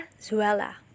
Zuela